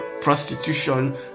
prostitution